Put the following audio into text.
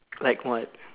like what